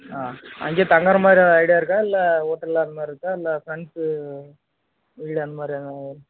ஆ அங்கேயே தங்குறமாதிரி எதாவது ஐடியாயிருக்கா இல்லை ஓட்டலில் அந்தமாதிரிருக்கா இல்லை ஃப்ரெண்ட்ஸு வீடு அந்தமாதிரி எதனா